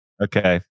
Okay